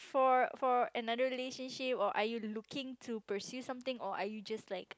for for another relationship or are you looking to pursue something or are you just like